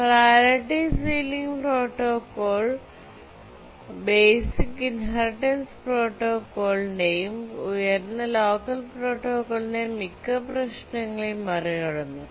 priority ceiling protocol basic inheritance protocol ന്റെയും ഉയർന്ന locker പ്രോട്ടോക്കോളിന്റെയും മിക്ക പ്രശ്നങ്ങളെയും മറികടന്നു